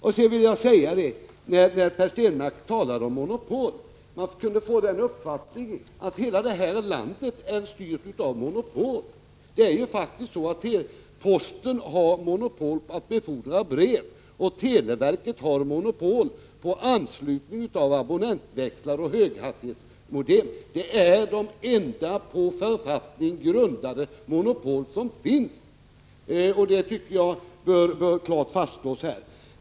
Per Stenmarck talar om monopol så att man kan få uppfattningen att hela det här landet är styrt av monopol. Posten har monopol på att befordra brev, och televerket har monopol på anslutning av abonnentväxlar och höghastighetsmodem, och det är de enda på författning grundade monopol som finns. Det tycker jag bör klart fastslås här.